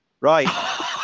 Right